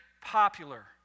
popular